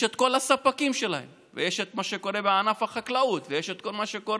יש את כל הספקים שלהם, ויש את מה שקורה